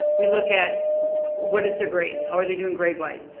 we look at what is their grade? how are they doing gradewise?